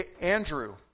Andrew